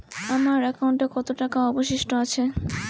আমার একাউন্টে কত টাকা অবশিষ্ট আছে?